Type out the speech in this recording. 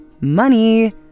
Money